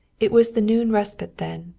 it was the noon respite then,